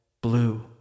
blue